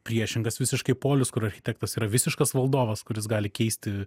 priešingas visiškai polius kur architektas yra visiškas valdovas kur jis gali keisti